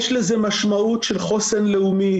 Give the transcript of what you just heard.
יש לזה משמעות של חוסן לאומי,